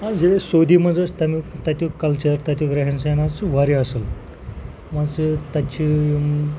آ ییٚلہِ أسۍ سعودی منٛز ٲسۍ تَمیُٚک تَتیُٚک کَلچَر تَتیُٚک رہن سہن حظ چھُ واریاہ اَصٕل مانٛ ژٕ تَتہِ چھِ